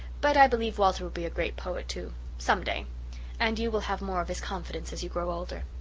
but i believe walter will be a great poet, too some day and you will have more of his confidence as you grow older.